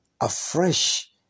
afresh